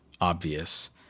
obvious